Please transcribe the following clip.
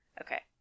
Okay